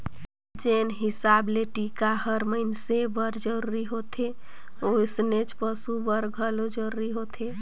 जेन हिसाब ले टिका हर मइनसे बर जरूरी होथे वइसनेच पसु बर घलो जरूरी होथे